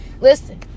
Listen